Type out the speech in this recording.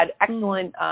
excellent –